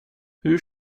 hur